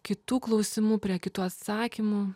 kitų klausimų prie kitų atsakymų